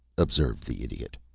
observed the idiot.